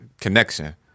connection